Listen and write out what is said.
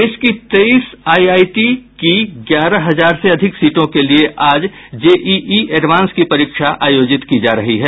देश की तेईस आईआईटी की ग्यारह हजार से अधिक सीटों के लिये आज जेईई एडवांस की परीक्षा आयोजित की जा रही है